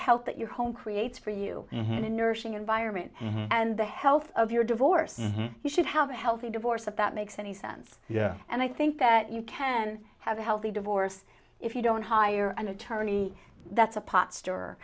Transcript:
health that your home creates for you in a nursing environment and the health of your divorce you should have a healthy divorce if that makes any sense yeah and i think that you can have a healthy divorce if you don't hire an attorney that's a